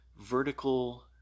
vertical